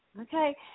okay